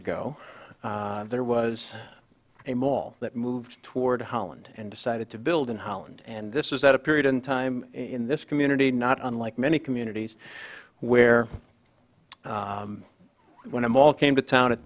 ago there was a mall that moved toward holland and decided to build in holland and this is that a period in time in this community not unlike many communities where when a mall came to town